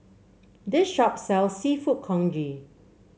this shop sells seafood congee